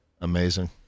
Amazing